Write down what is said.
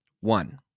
One